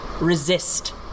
resist